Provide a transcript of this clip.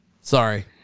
sorry